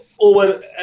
Over